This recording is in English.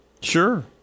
Sure